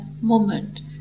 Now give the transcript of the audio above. moment